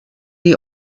die